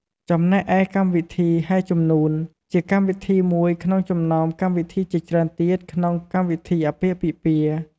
ចំណែកឯកម្មវិធីហែជំនួន ជាកម្មវិធីមួយក្នុងចំណោមកម្មវិធីជាច្រ់ើនទៀតក្នុងកម្មវិធីអាពាហ៍ពិពាហ៍។